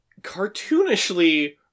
cartoonishly